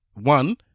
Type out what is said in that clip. One